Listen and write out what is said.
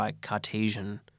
Cartesian